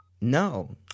No